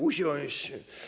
Usiąść?